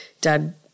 Dad